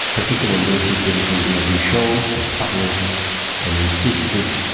particularly in those situations where we showed and published and insisted,